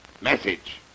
message